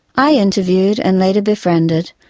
i interviewed, and later befriended,